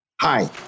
Hi